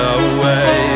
away